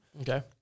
Okay